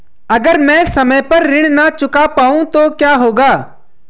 अगर म ैं समय पर ऋण न चुका पाउँ तो क्या होगा?